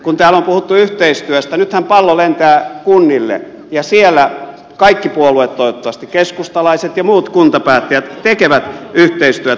kun täällä on puhuttu yhteistyöstä nythän pallo lentää kunnille ja siellä kaikki puolueet toivottavasti keskustalaiset ja muut kuntapäättäjät tekevät yhteistyötä